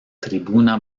tribuna